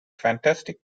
fantastic